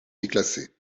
déclassée